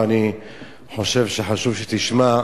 ואני חושב שחשוב שתשמע.